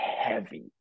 heavy